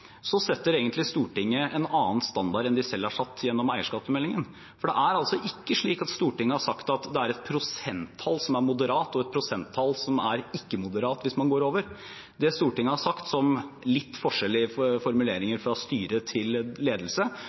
setter Stortinget egentlig en annen standard enn de selv har satt gjennom eierskapsmeldingen. For det er ikke slik at Stortinget har sagt at det er et prosenttall som er moderat, og et prosenttall som er ikke moderat hvis man går over det. Det Stortinget har sagt – det er litt forskjell i formuleringer fra styre til ledelse